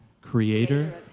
creator